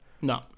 No